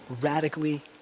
radically